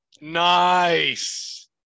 Nice